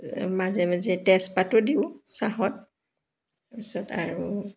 মাজে মাজে তেজপাতো দিওঁ চাহত তাৰপাছত আৰু